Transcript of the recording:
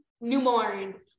Newborn